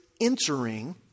entering